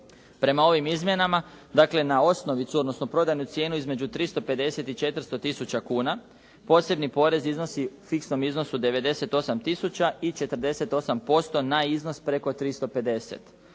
Prema ovim izmjenama dakle na osnovicu odnosno prodajnu cijenu između 350 i 400 tisuća kuna, posebni porez iznosi u fiksnom iznosu 98 tisuća i 48% na iznos preko 350.